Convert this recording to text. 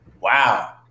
wow